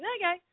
okay